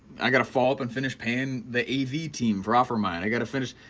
i got to follow up and finish paying the av team for offermind, i gotta finish,